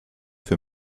für